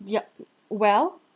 yup well